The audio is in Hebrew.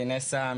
ואינסה,